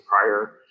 prior